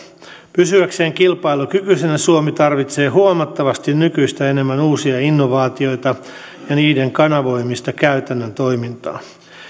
pysyäkseen kilpailukykyisenä suomi tarvitsee huomattavasti nykyistä enemmän uusia innovaatioita ja niiden kanavoimista käytännön toimintaan